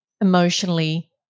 emotionally